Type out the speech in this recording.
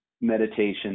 meditation